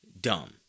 dumb